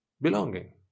Belonging